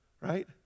right